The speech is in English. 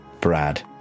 Brad